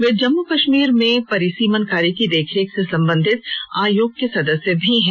वे जम्मू कश्मीर में परिसीमन कार्य की देखरेख से संबंधित आयोग के सदस्य भी हैं